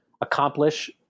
accomplish